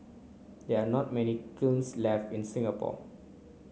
there are not many kilns left in Singapore